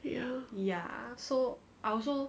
ya